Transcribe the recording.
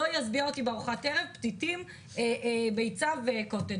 לא ישביע אותי לאכול בארוחת הערב ביצים ביצה וקוטג'.